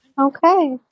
Okay